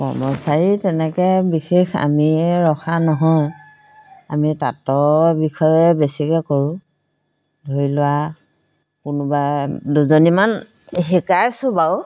কৰ্মচাৰী তেনেকৈ বিশেষ আমি ৰখা নহয় আমি তাঁতৰ বিষয়ে বেছিকৈ কৰোঁ ধৰি লোৱা কোনোবা দুজনীমান শিকাইছোঁ বাৰু